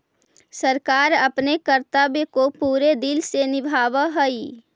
सरकार अपने कर्तव्य को पूरे दिल से निभावअ हई